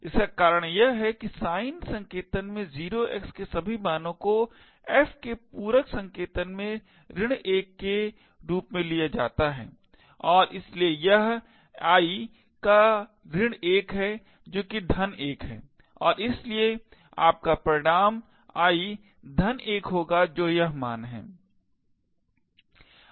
इसका कारण यह है कि साइन संकेतन में 0x के सभी मानों को fs के पूरक संकेतन में 1 के रूप में लिया जाता है इसलिए यह l का 1 है जो कि धन 1 है और इसलिए आपका परिणाम l धन 1 होगा जो यह मान है